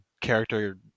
character